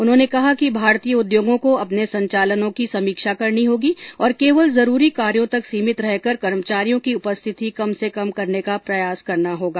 उन्होंने कहा कि भारतीय उद्योगों को अपने संचालनों की समीक्षा करनी होगी और केवल जरूरी कार्यो तक सीमित रहकर कर्मचारियों की उपस्थिति कम से कम करने का प्रयास करना होगा